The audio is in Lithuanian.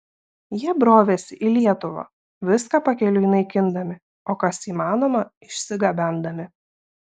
jie brovėsi į lietuvą viską pakeliui naikindami o kas įmanoma išsigabendami